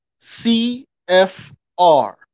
CFR